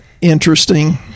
interesting